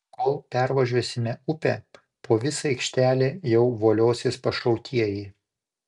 kol pervažiuosime upę po visą aikštelę jau voliosis pašautieji